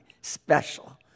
special